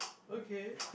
okay